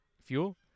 fuel